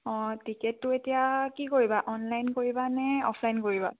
অঁ টিকেটটো এতিয়া কি কৰিবা অনলাইন কৰিবা নে অ'ফলাইন কৰিবা